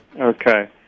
Okay